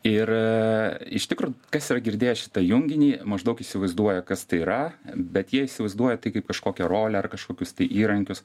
ir iš tikro kas yra girdėjęs šitą junginį maždaug įsivaizduoja kas tai yra bet jie įsivaizduoja tai kaip kažkokią rolę ar kažkokius tai įrankius